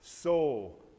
soul